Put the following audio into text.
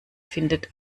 findet